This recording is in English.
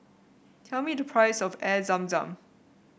tell me the price of Air Zam Zam